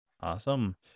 Awesome